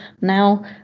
now